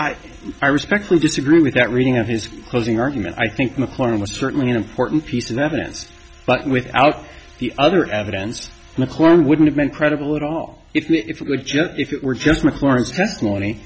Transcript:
you i respectfully disagree with that reading of his closing argument i think mclaren was certainly an important piece of evidence but without the other evidence wouldn't have been credible at all if it were just my florence testimony